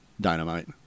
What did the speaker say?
Dynamite